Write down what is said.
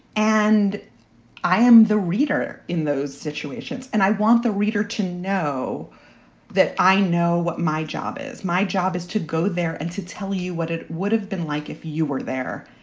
and i am the reader in those situations. and i want the reader to know that i know what my job is. my job is to go there and to tell you what it would have been like if you were there.